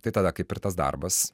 tai tada kaip ir tas darbas